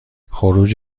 خروج